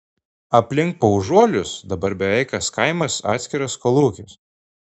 aplink paužuolius dabar beveik kas kaimas atskiras kolūkis